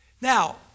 Now